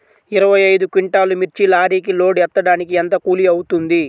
ఇరవై ఐదు క్వింటాల్లు మిర్చి లారీకి లోడ్ ఎత్తడానికి ఎంత కూలి అవుతుంది?